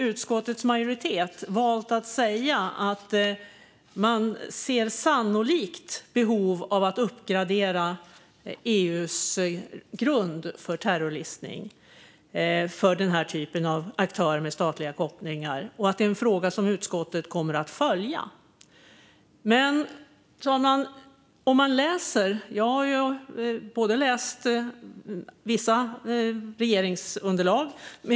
Utskottets majoritet har ju valt att säga att man sannolikt ser ett behov av att uppgradera EU:s grund för terrorlistning av denna typ av aktörer med statliga kopplingar och att det är en fråga som utskottet kommer att följa. Fru talman! Jag har läst vissa regeringsunderlag.